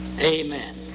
amen